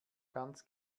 ganz